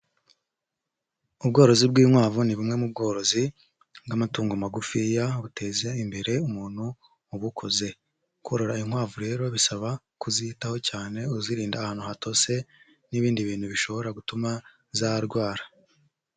Ubworozi bw'inkwavu ni bumwe mu bworozi bw'amatungo magufiya buteza imbere umuntu ubukoze, korora inkwavu rero bisaba kuzitaho cyane uzirinda ahantu hatose n'ibindi bintu bishobora gutuma zarwara.